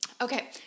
Okay